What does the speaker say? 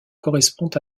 correspond